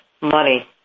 money